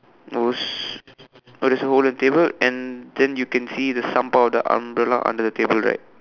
oh s~ oh there's a whole other table and then you can see the some part of the umbrella under the table right